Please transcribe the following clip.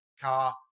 car